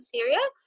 Syria